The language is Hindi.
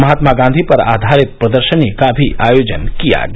महात्मा गांधी पर आधारित प्रदर्शनी का भी आयोजन किया गया